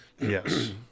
Yes